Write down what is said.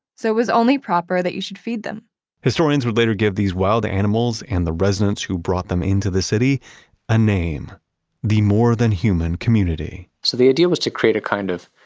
so it was only proper that you should feed them historians would later give these wild animals and the residents who brought them into the city a name the more-than-human community so the idea was to create a kind of,